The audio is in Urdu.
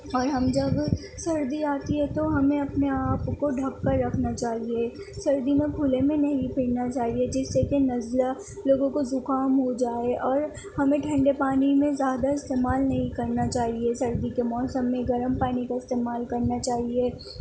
اور ہم جب سردی آتی ہے تو ہمیں اپنے آپ کو ڈھک کر رکھنا چاہیے سردی میں کھلے میں نہیں پھرنا چاہیے جس سے کہ نزلہ لوگوں کو زکام ہو جائے اور ہمیں ٹھنڈے پانی میں زیادہ استعمال نہیں کرنا چاہیے سردی کے موسم میں گرم پانی کا استعمال کرنا چاہیے